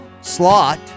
Slot